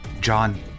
John